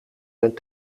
zijn